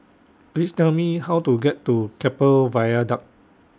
Please Tell Me How to get to Keppel Viaduct